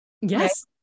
Yes